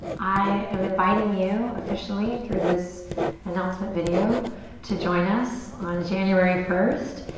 i am inviting you officially through this announcement video to join us on january first.